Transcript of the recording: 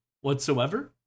whatsoever